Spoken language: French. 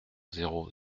zéro